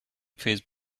phase